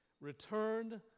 returned